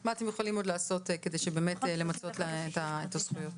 תנסו לראות מה אתם יכולים עוד לעשות כדי שבאמת למצות את הזכויות.